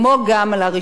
לראשונה,